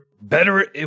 better